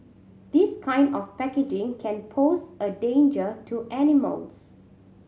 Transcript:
this kind of packaging can pose a danger to animals